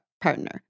partner